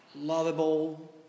lovable